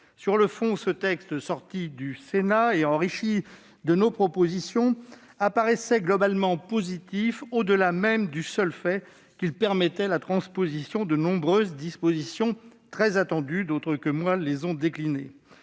Sur le fond, ce texte sorti du Sénat et enrichi de nos propositions apparaissait comme globalement positif, au-delà même du fait qu'il permettait la transposition de nombreuses dispositions très attendues. Ces dispositions ayant été déclinées